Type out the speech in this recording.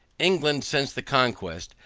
england, since the conquest,